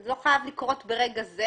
זה לא חייב לקרות ברגע זה.